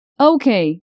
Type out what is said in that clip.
Okay